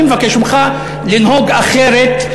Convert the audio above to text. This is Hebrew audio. אני מבקש ממך לנהוג אחרת,